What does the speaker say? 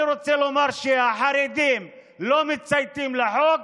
אני רוצה לומר שהחרדים לא מצייתים לחוק,